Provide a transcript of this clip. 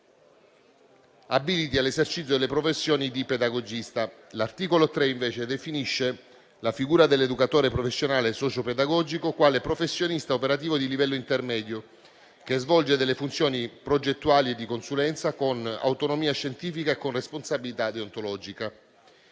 abiliti all'esercizio delle professioni di pedagogista. L'articolo 3, invece, definisce la figura dell'educatore professionale socio-pedagogico quale professionista operativo di livello intermedio che svolge delle funzioni progettuali e di consulenza con autonomia scientifica e con responsabilità deontologica;